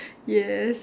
yes